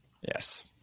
Yes